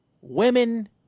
women